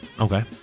Okay